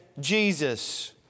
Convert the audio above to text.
Jesus